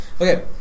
Okay